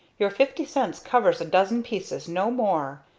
your fifty cents covers a dozen pieces no more.